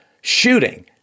shooting